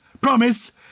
promise